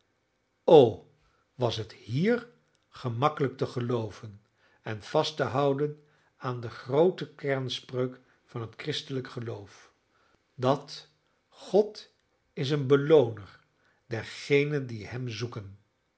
o was het hier gemakkelijk te gelooven en vast te houden aan de groote kenspreuk van het christelijk geloof dat god is een belooner dergenen die hem zoeken